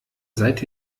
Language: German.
seid